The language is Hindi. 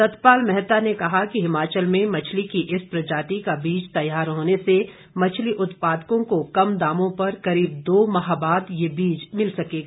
सतपाल मैहता ने कहा कि हिमाचल में मछली की इस प्रजाति का बीज तैयार होने से मछली उत्पादकों को कम दामों पर करीब दो माह बाद ये बीज मिल सकेगा